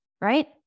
right